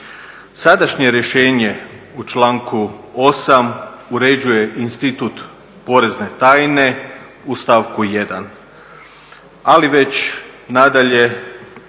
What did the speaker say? Sadašnje rješenje u članku 8.uređuje institut porezne tajne u stavku 1., ali već kasnije